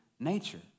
Nature